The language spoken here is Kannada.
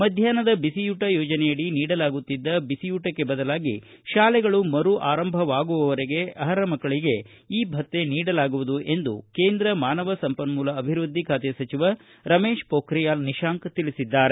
ಮಧ್ಯಾಹ್ನದ ಬಿಸಿಯೂಟ ಯೋಜನೆಯಡಿ ನೀಡಲಾಗುತ್ತಿದ್ದ ಬಿಸಿಯೂಟಕ್ಕೆ ಬದಲಾಗಿ ತಾಲೆಗಳು ಮರು ಆರಂಭವಾಗುವವರೆಗೆ ಅರ್ಹ ಮಕ್ಕಳಿಗೆ ಈ ಭತ್ನೆ ನೀಡಲಾಗುವುದು ಎಂದು ಕೇಂದ್ರ ಮಾನವ ಸಂಪನ್ಮೂಲ ಅಭಿವೃದ್ಧಿ ಖಾತೆ ಸಚಿವ ರಮೇಶ್ ಪೋಖ್ರಿಯಾಲ್ ನಿಶಾಂಕ್ ತಿಳಿಸಿದ್ದಾರೆ